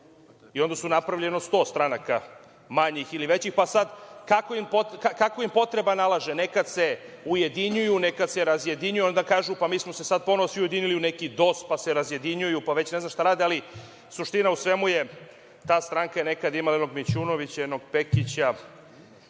i onda su napravili 100 stranaka, manjih ili većih, pa sad kako im potreba nalaže, nekada se ujedinjuju, nekada se razjedinjuju, onda kažu - pa mi smo se sada ponovo sjedinili u neki DOS, pa se razjedinjuju, pa već ne znam šta rade. Suština u svemu je - ta stranka je nekada imala jednog Mićunovića, jednog Pekića,